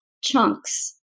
chunks